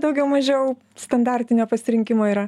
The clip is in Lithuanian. daugiau mažiau standartinio pasirinkimo yra